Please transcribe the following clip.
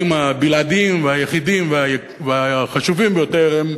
הבלעדיים והיחידים והחשובים ביותר הם,